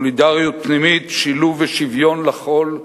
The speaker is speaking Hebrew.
סולידריות פנימית, שילוב ושוויון לכול,